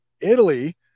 Italy